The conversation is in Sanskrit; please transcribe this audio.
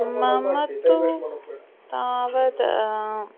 मम तु तावत्